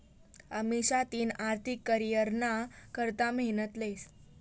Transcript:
अमिषा तिना आर्थिक करीयरना करता मेहनत लेस